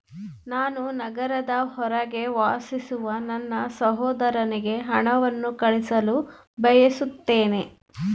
ನಾನು ನಗರದ ಹೊರಗೆ ವಾಸಿಸುವ ನನ್ನ ಸಹೋದರನಿಗೆ ಹಣವನ್ನು ಕಳುಹಿಸಲು ಬಯಸುತ್ತೇನೆ